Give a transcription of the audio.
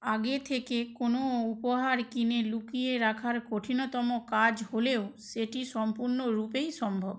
আগে থেকে কোনো উপহার কিনে লুকিয়ে রাখার কঠিনতম কাজ হলেও সেটি সম্পূর্ণরূপেই সম্ভব